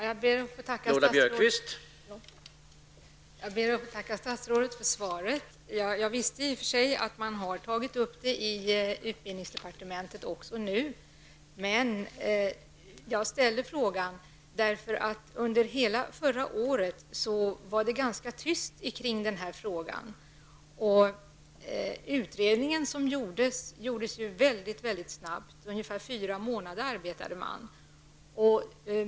Herr talman! Jag ber att få tacka statsrådet för svaret. Jag visste i och för sig att man nu har tagit upp detta i utbildningsdepartementet. Jag ställer frågan därför att det under hela förra året var ganska tyst kring detta. Utredningen gjordes mycket snabbt. Man arbetade ungefär fyra månader.